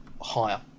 higher